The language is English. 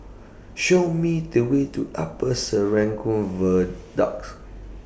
Show Me The Way to Upper Serangoon Viaducts